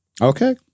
Okay